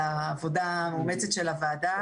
העבודה המאומצת של הוועדה,